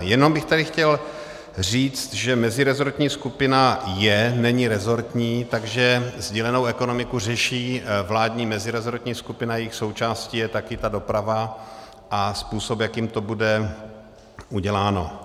Jenom bych tady chtěl říct, že meziresortní skupina je, není resortní, takže sdílenou ekonomiku řeší vládní meziresortní skupina a její součástí je taky doprava a způsob, jakým to bude uděláno.